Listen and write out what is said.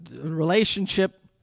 relationship